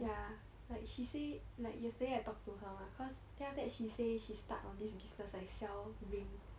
ya like she say like yesterday I talk to her mah cause then after that she say she start on this business like sell ring